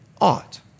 Ought